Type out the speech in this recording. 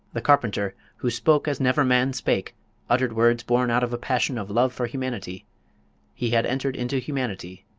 the carpenter who spoke as never man spake uttered words born out of a passion of love for humanity he had entered into humanity,